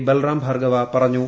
ബൽറാം ഭാർഗവ പറഞ്ഞു